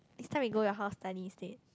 next time we go to your house study instead